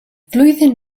flwyddyn